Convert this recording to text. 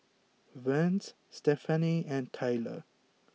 Vance Stephany and Tylor